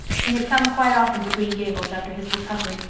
he had come quite often to green gables after his recovery,